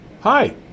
Hi